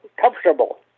comfortable